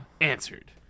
Answered